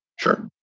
Sure